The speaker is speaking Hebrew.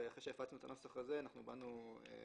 אחרי שהפצנו את הנוסח הזה קיבלנו הערות